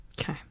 Okay